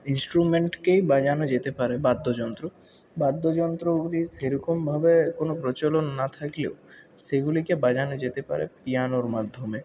ইন্সট্রুমেন্টকেই বাজানো যেতে পারে বাদ্যযন্ত্র বাদ্যযন্ত্রগুলির সেরকমভাবে কোনো প্রচলন না থাকলেও সেগুলোকে বাজানো যেতে পারে পিয়ানোর মাধ্যমে